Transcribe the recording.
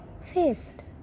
faced